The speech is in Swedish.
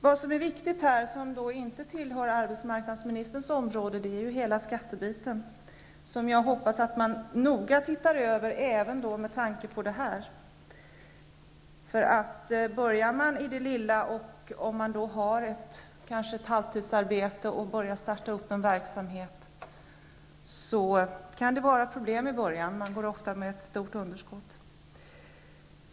Något som är viktigt men som inte tillhör arbetsmarknadsministerns område är skattebiten, som jag hoppas att man även med tanke på detta noga ser över. Börjar man i det lilla på så sätt att man kanske har ett halvtidsarbete och vid sidan av det startar en egen verksamhet, kan det uppstå problem i början. Man går ofta med ett stort underskott.